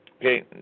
okay